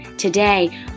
Today